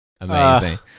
Amazing